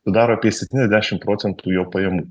dar apie septyniasdešimt procentų jo pajamų